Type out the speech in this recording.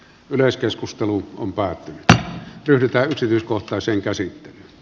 yleiskeskusteluun kun kaikki pyritään yksityiskohtaiseen käsin